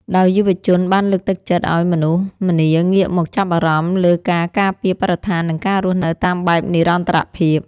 ដោយយុវជនបានលើកទឹកចិត្តឱ្យមនុស្សម្នាងាកមកចាប់អារម្មណ៍លើការការពារបរិស្ថាន និងការរស់នៅតាមបែបនិរន្តរភាព។